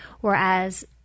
whereas